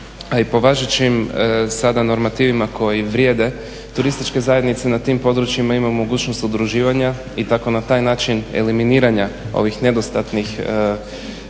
po važećim sada normativima koji vrijede turističke zajednice na tim područjima ima mogućnost udruživanja i tako na taj način eliminiranja ovih nedostatnih resursa